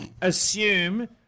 assume